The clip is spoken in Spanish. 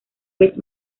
vez